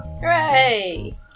Hooray